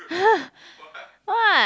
!huh! what